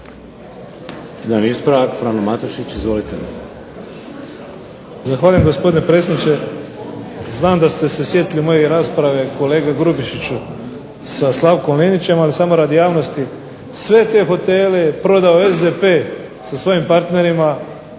Zahvaljujem gospodine predsjedniče. Znam da ste se sjetili moje rasprave kolega Grubišiću sa Slavkom Linićem, ali samo radi javnosti, sve te hotele je prodao SDP sa svojim partnerima